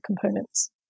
components